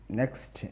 next